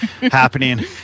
happening